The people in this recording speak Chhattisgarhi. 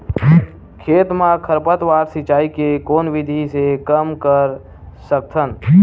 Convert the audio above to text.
खेत म खरपतवार सिंचाई के कोन विधि से कम कर सकथन?